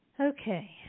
Okay